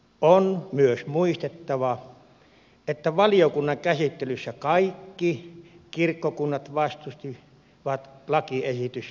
on myös muistettava että valiokunnan käsittelyssä kaikki kirkkokunnat vastustivat lakiesitystä